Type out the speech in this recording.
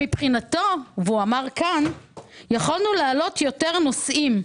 שמבחינתו היינו יכולים להעלות יותר נושאים.